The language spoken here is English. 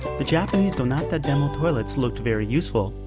the japanese donatademo toilets looked very useful,